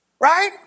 Right